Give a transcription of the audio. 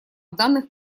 данных